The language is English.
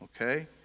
okay